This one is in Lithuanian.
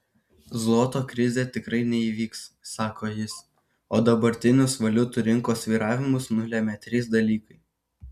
zloto krizė tikrai neįvyks sako jis o dabartinius valiutų rinkos svyravimus nulėmė trys dalykai